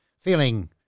feeling